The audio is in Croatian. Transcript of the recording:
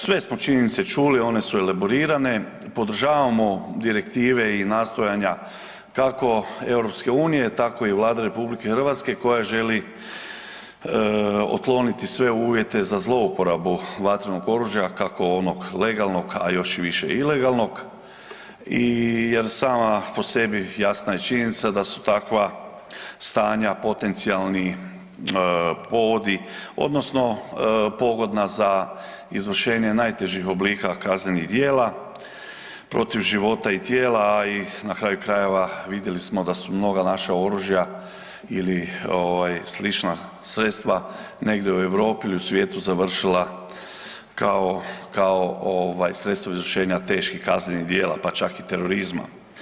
Sve smo činjenice čuli, one su elaborirane, podržavamo direktive i nastojanja kako EU, tako i Vlade RH koja želi otkloniti sve uvjete za zlouporabu vatrenog oružja, kako onog legalnog, a još i više ilegalnog i, jer sama po sebi jasna je činjenica da su takva stanja potencijalni povodi odnosno pogodna za izvršenje najtežih oblika kaznenih djela protiv života i tijela, a i na kraju krajeva vidjeli smo da su mnoga naša oružja ili ovaj slična sredstva negdje u Europi ili svijetu završila kao, kao ovaj sredstvo izvršenja teških kaznenih djela, pa čak i terorizma.